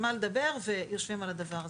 על מה לדבר ויושבים על הדבר הזה.